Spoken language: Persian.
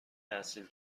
تحصیل